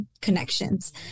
connections